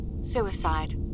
Suicide